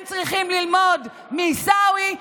הם צריכים ללמוד מעיסאווי,